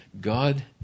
God